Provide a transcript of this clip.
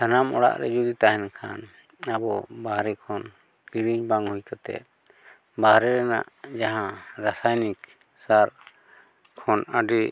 ᱥᱟᱱᱟᱢ ᱚᱲᱟᱜ ᱨᱮ ᱡᱩᱫᱤ ᱛᱟᱦᱮᱱ ᱠᱷᱟᱱ ᱟᱵᱚ ᱵᱟᱦᱨᱮ ᱠᱷᱚᱱ ᱠᱤᱨᱤᱧ ᱵᱟᱝ ᱦᱩᱭ ᱠᱟᱛᱮᱫ ᱵᱟᱦᱨᱮ ᱨᱮᱱᱟᱜ ᱡᱟᱦᱟᱸ ᱨᱟᱥᱟᱭᱱᱤᱠ ᱥᱟᱨ ᱠᱷᱚᱱ ᱟᱹᱰᱤ